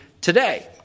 today